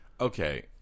Okay